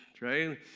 right